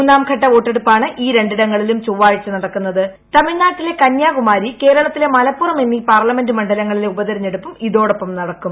മൂന്നാംഘട്ട ്രൂപ്പോട്ടെടുപ്പാണ് ഈ രണ്ടിടങ്ങളിലും ചൊവ്വാഴ്ച നടക്കുന്നത് തെമിഴ്നാട്ടിലെ കന്യാകുമാരി കേരളത്തിലെ മലപ്പുറം എന്നീ പാർലമെന്റ് മണ്ഡലങ്ങളിലെ ഉപതിരഞ്ഞെടുപ്പും ഇതോടൊപ്പം നടക്കും